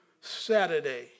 Saturday